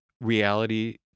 reality